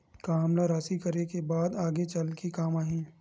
का हमला राशि करे के बाद आगे चल के काम आही?